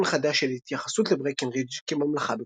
חדש של התייחסות לברקנרידג' כ"ממלכה בקולורדו".